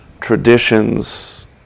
traditions